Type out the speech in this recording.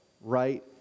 right